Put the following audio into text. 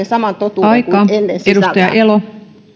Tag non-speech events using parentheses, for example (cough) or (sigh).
(unintelligible) saman totuuden kuin ennen